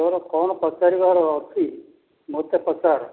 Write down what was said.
ତୋର କଣ ପଚାରିବାର ଅଛି ମୋତେ ପଚାର